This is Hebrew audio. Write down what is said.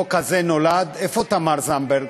החוק הזה נולד, איפה תמר זנדברג?